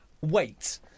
wait